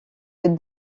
des